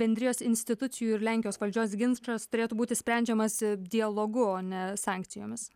bendrijos institucijų ir lenkijos valdžios ginčas turėtų būti sprendžiamas dialogu o ne sankcijomis